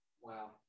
wow